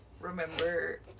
remember